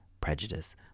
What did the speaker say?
prejudice